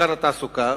לשכת התעסוקה,